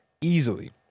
easily